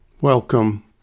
Welcome